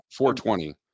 420